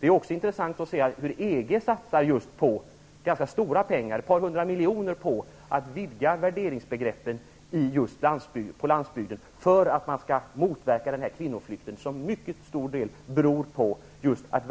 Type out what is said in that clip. Det är också intressant att se att EG satsar ganska stora summor, ett par hundra miljoner, på att vidga värderingsbegreppen på landsbygden för att motverka den kvinnoflykt som till mycket stor del beror på att